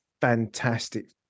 fantastic